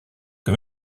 que